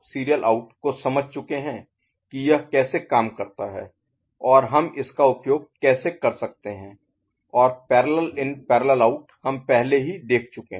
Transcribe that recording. क्या आप इस भाग SISO को समझ चुके हैं कि यह कैसे काम करता है और हम इसका उपयोग कैसे कर सकते हैं और PIPO हम पहले ही देख चुके हैं